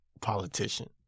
politician